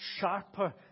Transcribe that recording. sharper